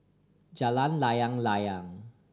Jalan Layang Layang